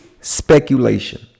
speculation